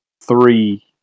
three